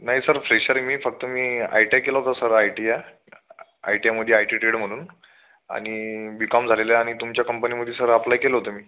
नाही sir fresher आहे मी फक्त मी आय टी आय केलं होतं sir I T I I T आयमध्ये एटीट्युड म्हणून आणि बी कॉम झालेले आहे आणि तुमच्या कंपनीमध्ये सर अप्लाय केलं होतं मी